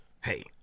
Hey